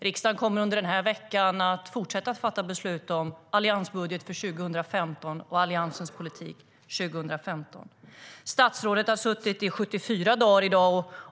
Riksdagen kommer under den här veckan att fortsätta att fatta beslut om en alliansbudget för 2015 och Alliansens politik för 2015. Statsrådet har suttit i 74 dagar.